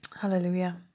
Hallelujah